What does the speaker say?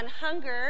hunger